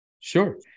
Sure